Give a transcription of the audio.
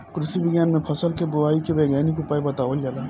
कृषि विज्ञान में फसल के बोआई के वैज्ञानिक उपाय बतावल जाला